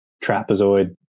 Trapezoid